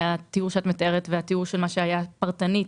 התיאור שאת מתארת והתיאור של מה שהיה פרטנית